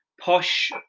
Posh